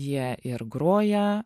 jie ir groja